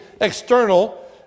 external